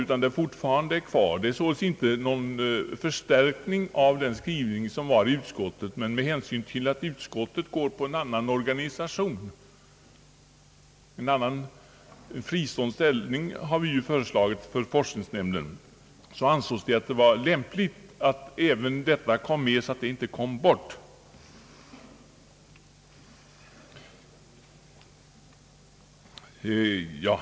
Vad som står i reservationen är alltså inte någon skärpning av utskottets skrivning utan endast en följd av att utskottet önskar en annan organisation. Vi har ju föreslagit en fristående ställning för forskningsnämnden, och därför ansågs det lämpligt att motionsyrkandet kom med också i det här sammanhanget.